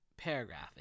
Paragraph